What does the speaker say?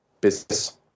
business